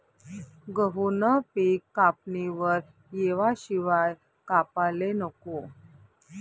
गहूनं पिक कापणीवर येवाशिवाय कापाले नको